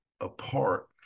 apart